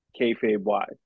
kayfabe-wise